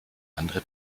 andere